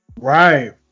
Right